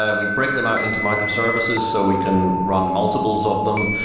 ah we break them up into microservices so we can run multiples of them.